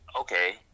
okay